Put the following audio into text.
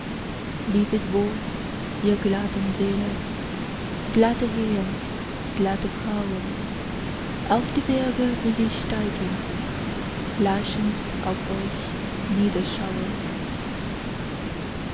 lebet wohl ihr glatten säle glatte herren glatte frauen auf die berge will ich steigen lachend auf euch niederschauen